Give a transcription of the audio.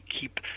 keep